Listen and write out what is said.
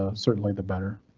ah certainly the better,